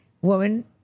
woman